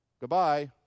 Goodbye